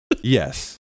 Yes